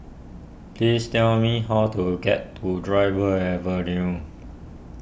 please tell me how to get to Dryburgh Avenue